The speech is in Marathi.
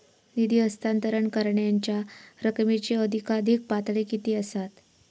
निधी हस्तांतरण करण्यांच्या रकमेची अधिकाधिक पातळी किती असात?